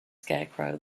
scarecrow